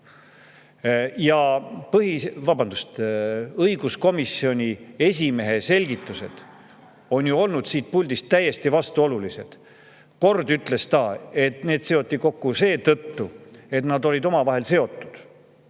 kokku seotud. Õiguskomisjoni esimehe selgitused on olnud siit puldist täiesti vastuolulised. Kord ütles ta, et need seoti kokku seetõttu, et nad olid omavahel seotud,